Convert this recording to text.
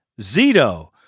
Zito